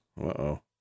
Uh-oh